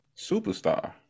superstar